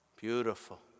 Beautiful